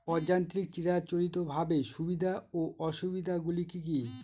অযান্ত্রিক চিরাচরিতভাবে সুবিধা ও অসুবিধা গুলি কি কি?